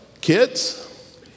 kids